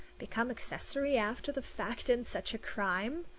become accessory after the fact in such a crime!